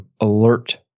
alert